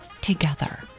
together